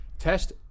Test